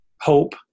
hope